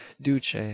Duce